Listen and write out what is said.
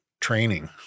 training